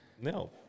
No